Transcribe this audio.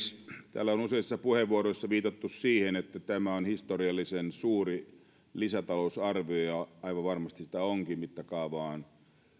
täällä on useissa puheenvuoroissa viitattu siihen että tämä on historiallisen suuri lisätalousarvio ja aivan varmasti se sitä onkin mittakaava on